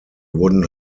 wooden